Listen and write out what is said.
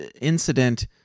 incident